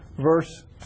verse